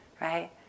right